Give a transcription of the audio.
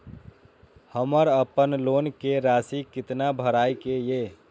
हमर अपन लोन के राशि कितना भराई के ये?